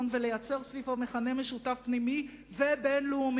ולייצר סביבו מכנה משותף פנימי ובין-לאומי,